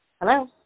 Hello